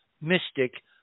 mystic